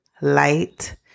light